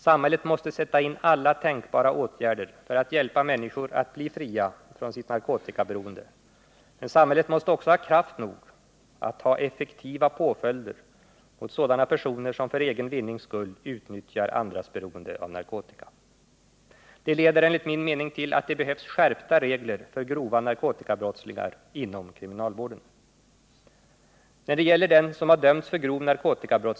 Samhället måste sätta in alla tänkbara åtgärder för att hjälpa människor att bli fria från sitt narkotikaberoende, men det måste också ha kraft nog att ha effektiva påföljder mot sådana personer som för egen vinnings skull utnyttjar andras beroende av narkotika. Detta leder enligt min mening till att det behövs skärpta regler som kantillämpas på dem som dömts för grovt narkotikabrott.